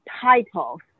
titles